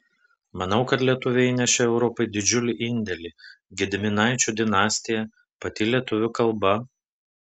manau kad lietuviai įnešė europai didžiulį indėlį gediminaičių dinastija pati lietuvių kalba